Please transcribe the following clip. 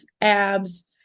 abs